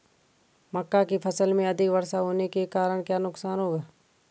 मक्का की फसल में अधिक वर्षा होने के कारण क्या नुकसान होगा?